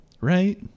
right